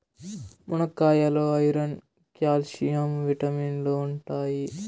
మునక్కాయాల్లో iron, calcium విటమిన్లు ఉంటాయి